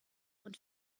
und